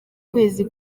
kwezi